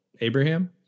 Abraham